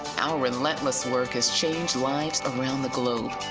our relentless work has changed lives around the globe.